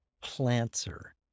planter